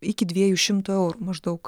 iki dviejų šimtų eurų maždaug